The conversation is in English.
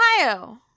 Ohio